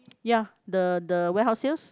ya the the warehouse sales